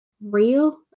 real